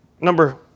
Number